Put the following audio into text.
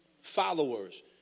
followers